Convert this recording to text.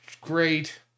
great